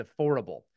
affordable